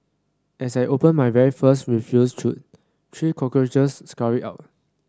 as I opened my very first refuse chute three cockroaches scurried out